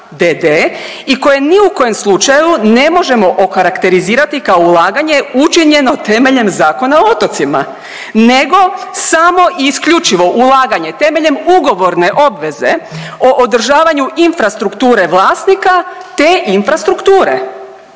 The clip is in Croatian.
i koje ni u kojem slučaju ne možemo okarakterizirati kao ulaganje učinjeno temeljem Zakona o otocima nego samo i isključivo ulaganje temeljem ugovorne obveze o održavanju infrastrukture vlasnika te infrastrukture.